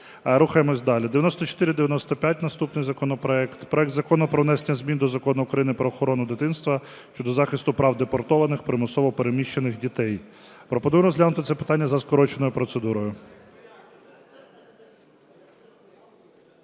Рухаємося далі. 9495 – наступний законопроект. Проект Закону про внесення змін до Закону України "Про охорону дитинства" щодо захисту прав депортованих, примусово переміщених дітей. Пропоную розглянути це питання за скороченою процедурою.